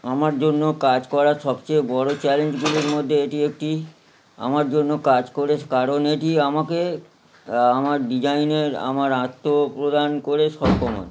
আমার জন্য কাজ করা সবচেয়ে বড় চ্যালেঞ্জগুলির মধ্যে এটি একটি আমার জন্য কাজ করে কারণ এটি আমাকে আমার ডিজাইনের আমার আত্মপ্রদান করে